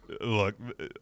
look